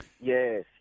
Yes